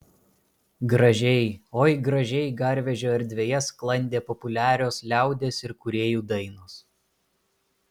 gražiai oi gražiai garvežio erdvėje sklandė populiarios liaudies ir kūrėjų dainos